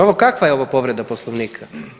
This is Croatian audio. Ovo, kakva je ovo povreda Poslovnika?